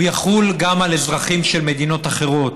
הוא יחול גם על אזרחים של מדינות אחרות.